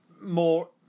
more